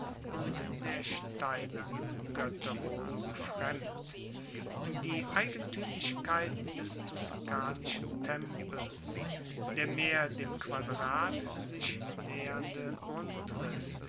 und der steinernen goetterwohnung fremd die eigentuemlichkeiten des tuscanischen tempels der mehr dem quadrat sich naehernde grundriss